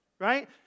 right